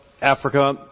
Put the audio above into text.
Africa